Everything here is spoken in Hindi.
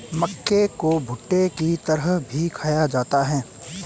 मक्के को भुट्टे की तरह भी खाया जाता है